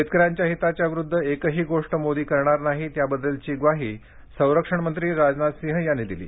शेतकऱ्यांच्या हिताच्या विरुद्ध एकही गोष्ट मोदी करणार नाहीत याबद्दलची ग्वाही संरक्षण मंत्री राजनाथ सिंह यांनी दिली